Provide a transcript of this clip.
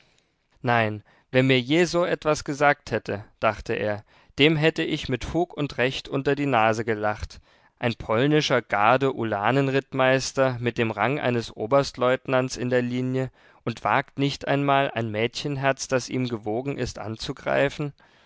nein wer mir je so etwas gesagt hätte dachte er dem hätte ich mit fug und recht unter die nase gelacht ein polnischer gardeulanen rittmeister mit dem rang eines oberstleutnants in der linie und wagt nicht einmal ein mädchenherz das ihm gewogen ist anzugreifen